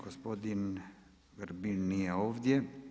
Gospodin Grbin nije ovdje.